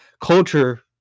culture